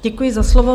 Děkuji za slovo.